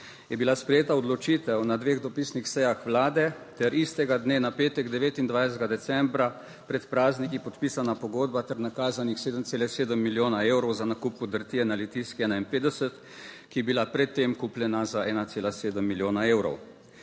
je bila sprejeta odločitev na dveh dopisnih sejah Vlade, ter istega dne na petek 29. decembra, pred prazniki podpisana pogodba ter nakazanih 7,7 milijona evrov za nakup podrtije na Litijski 51, ki je bila pred tem kupljena za 1,7 milijona evrov.